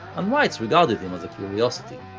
and whites regarded him as a curiosity.